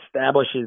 establishes